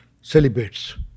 celibates